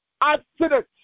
accident